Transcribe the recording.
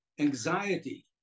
anxiety